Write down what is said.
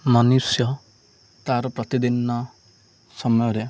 ମନୁଷ୍ୟ ତା'ର ପ୍ରତିଦିନ ସମୟରେ